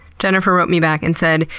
jennifer wrote me back and said,